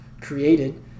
created